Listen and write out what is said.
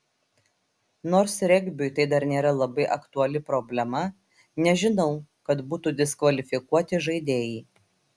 nors regbiui tai dar nėra labai aktuali problema nežinau kad būtų diskvalifikuoti žaidėjai